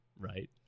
right